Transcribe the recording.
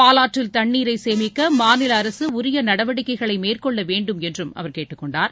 பாலாற்றில் தண்ணீரை சேமிக்க மாநில அரசு உரிய நடவடிக்கைகளை மேற்கொள்ளவேண்டும் என்றும் அவர் கேட்டுக்கொண்டார்